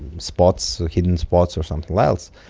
spots, hidden spots or something else,